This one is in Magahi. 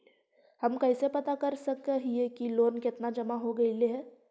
हम कैसे पता कर सक हिय की लोन कितना जमा हो गइले हैं?